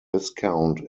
viscount